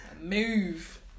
move